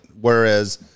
Whereas